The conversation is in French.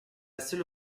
seule